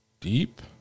deep